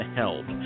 help